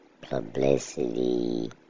publicity